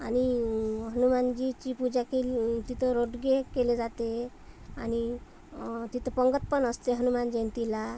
आणि हनुमानजीची पूजा केली तिथं रोडगे केले जाते आणि तिथं पंगत पण असते हनुमान जयंतीला